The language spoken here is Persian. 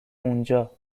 اونجا